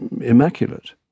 immaculate